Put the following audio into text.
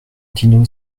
dino